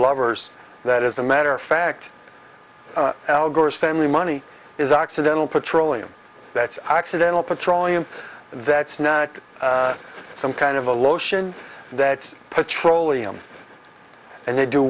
lovers that as a matter of fact al gore's family money is occidental petroleum that's accidental petroleum that snack some kind of a lotion that's petroleum and they do